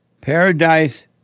Paradise